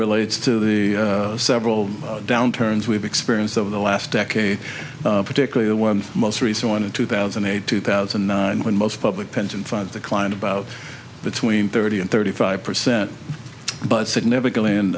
relates to the several downturns we've experienced over the last decade particularly the one most recent one in two thousand and eight two thousand and nine when most public pension funds declined about between thirty and thirty five percent but significantly